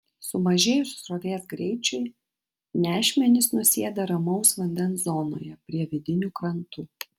sumažėjus srovės greičiui nešmenys nusėda ramaus vandens zonoje prie vidinių krantų